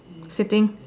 sitting